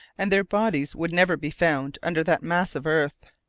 and their bodies would never be found under that mass of earth.